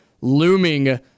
looming